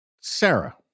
Sarah